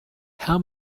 how